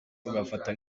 tugafata